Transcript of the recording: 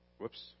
whoops